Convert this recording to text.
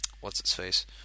What's-its-face